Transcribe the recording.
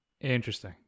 Interesting